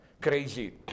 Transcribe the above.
crazy